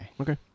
okay